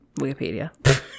Wikipedia